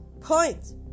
point